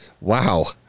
Wow